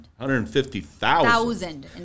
150,000